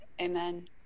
Amen